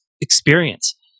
experience